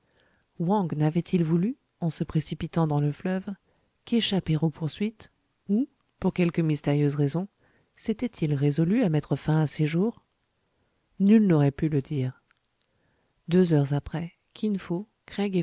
wang n'avait-il voulu en se précipitant dans le fleuve qu'échapper aux poursuites ou pour quelque mystérieuse raison s'était-il résolu à mettre fin à ses jours nul n'aurait pu le dire deux heures après kin fo craig